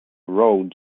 roads